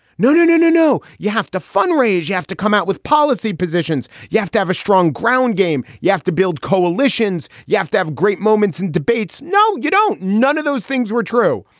no, no, no, no, no. you have to fundraise. you have to come out with policy positions. you have to have a strong ground game. you have to build coalitions. coalitions. you have to have great moments in debates. no, you don't. none of those things were true.